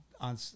on